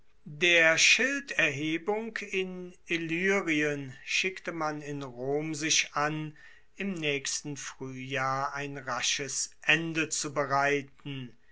der schilderhebung in illyrien schickte man in rom sich an im naechsten fruehjahr ein rasches ende